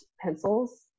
pencils